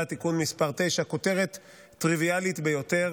(תיקון מס' 9) כותרת טריוויאלית ביותר.